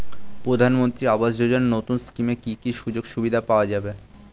প্রধানমন্ত্রী আবাস যোজনা নতুন স্কিমে কি কি সুযোগ সুবিধা পাওয়া যাবে?